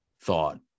thought